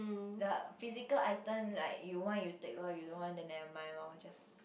the physical item like you want you take loh you don't want then never mind loh just